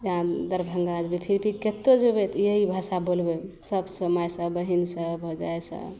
या दरभङ्गा जएबै से कतहु जएबै एहि भाषा बोलबै सबसे माइसे बहिनसे भौजाइसे